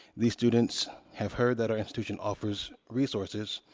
these students have heard that our institution offers resources,